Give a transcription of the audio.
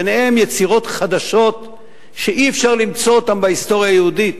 וביניהם יצירות חדשות שאי-אפשר למצוא אותן בהיסטוריה היהודית.